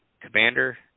Commander